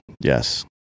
Yes